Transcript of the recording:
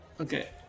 Okay